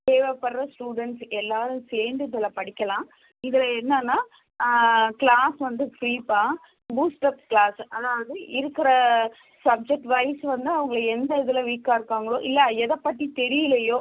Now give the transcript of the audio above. தேவைப்படுற ஸ்டூடண்ட்ஸ் எல்லாரும் சேர்ந்து இதில் படிக்கலாம் இதில் என்னென்னா க்ளாஸ் வந்து ஃப்ரீப்பா பூஸ்ட்டப் க்ளாஸ்ஸு அதாவுது இருக்கிற சப்ஜெக்ட் வைஸ் வந்து அவங்க எந்த இதில் வீக்காக இருக்காங்களோ இல்லை எதை பற்றி தெரியலயோ